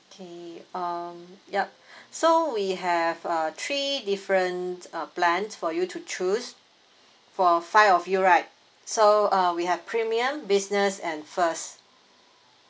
okay um yup so we have uh three difference uh plan for you to choose for five of you right so uh we have premium business and first